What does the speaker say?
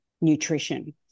nutrition